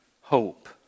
hope